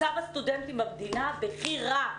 מצב הסטודנטים בכי רע.